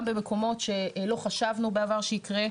גם במקומות שלא חשבנו בעבר שיקרה,